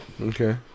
Okay